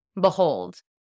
Behold